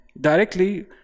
directly